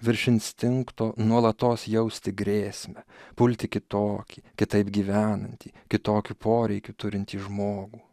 virš instinkto nuolatos jausti grėsmę pulti kitokį kitaip gyvenantį kitokių poreikių turintį žmogų